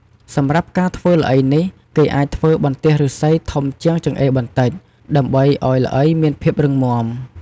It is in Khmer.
សម្រាប់ការធ្វើល្អីនេះ គេអាចធ្វើបន្ទះឫស្សីធំជាងចង្អេរបន្តិច ដើម្បីឱ្យល្អីមានភាពរឹងមាំ។